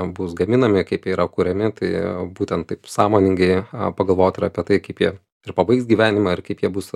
bus gaminami kaip jie yra kuriami tai būtent taip sąmoningai pagalvot ir apie tai kaip jie ir pabaigs gyvenimą ar kaip jie bus